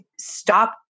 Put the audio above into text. stop